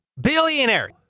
billionaire